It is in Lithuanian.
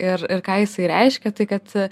ir ir ką jisai reiškia tai kad